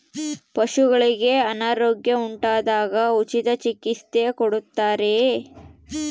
ಪಶುಗಳಿಗೆ ಅನಾರೋಗ್ಯ ಉಂಟಾದಾಗ ಉಚಿತ ಚಿಕಿತ್ಸೆ ಕೊಡುತ್ತಾರೆಯೇ?